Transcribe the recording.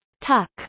Tuck